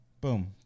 boom